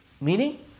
Meaning